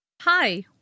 Hi